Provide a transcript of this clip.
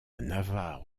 navarre